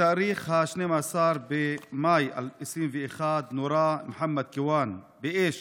בתאריך 12 במאי 2021 מוחמד כיוואן נורה מאש